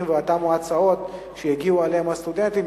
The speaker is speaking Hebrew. ואותן הצעות שהגיעו אליהם הסטודנטים,